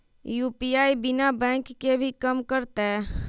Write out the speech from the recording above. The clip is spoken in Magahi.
यू.पी.आई बिना बैंक के भी कम करतै?